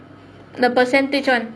the percentage [one]